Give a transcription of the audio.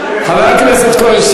חבר הכנסת כהן,